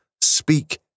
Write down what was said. speak